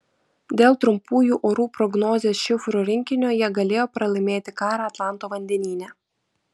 dėl trumpųjų orų prognozės šifrų rinkinio jie galėjo pralaimėti karą atlanto vandenyne